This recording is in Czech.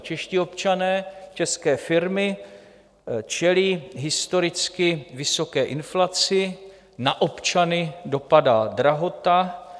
Čeští občané, české firmy čelí historicky vysoké inflaci, na občany dopadá drahota.